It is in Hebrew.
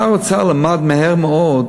שר האוצר למד מהר מאוד